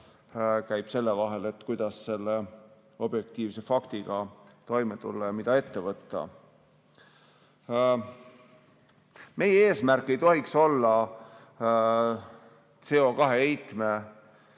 pigem selle üle, kuidas selle objektiivse faktiga toime tulla ja mida ette võtta. Meie eesmärk ei tohiks olla CO2heitme